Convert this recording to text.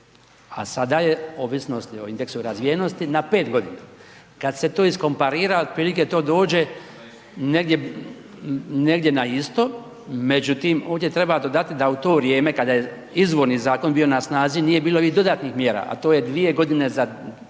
a sada je ovisnosti o indeksu razvijenosti na 5 godina. Kad se to iskomparira otprilike to dođe negdje, negdje na isto, međutim ovdje treba dodati da u to vrijeme kada je izvorni zakon bio na snazi nije bilo ni dodatnih mjera, a to je 2 godine za